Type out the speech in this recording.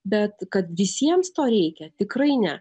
bet kad visiems to reikia tikrai ne